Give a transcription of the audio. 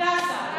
כאן.